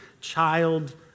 child